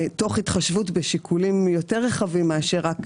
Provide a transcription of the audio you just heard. תוך התחשבות בשיקולים יותר רחבים מאשר רק